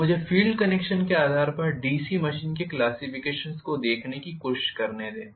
तो मुझे field connection के आधार पर डीसी मशीन के क्लॅसिफिकेशन को देखने की कोशिश करने दें